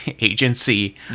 agency